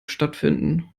stattfinden